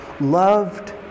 loved